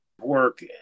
work